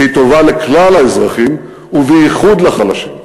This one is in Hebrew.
והיא טובה לכלל האזרחים, ובייחוד לחלשים.